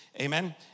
Amen